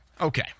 Okay